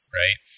right